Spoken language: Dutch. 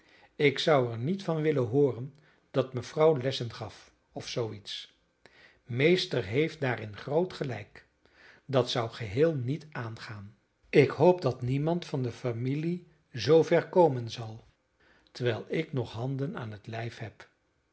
ik zou er niet van willen hooren dat mevrouw lessen gaf of zoo iets meester heeft daarin groot gelijk dat zou geheel niet aangaan ik hoop dat niemand van de familie zoover komen zal terwijl ik nog handen aan het lijf heb